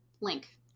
Link